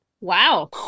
Wow